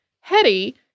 Hetty